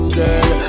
girl